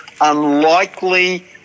unlikely